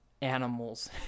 animals